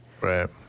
right